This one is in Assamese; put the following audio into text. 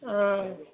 অ'